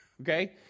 okay